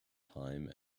time